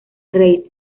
reid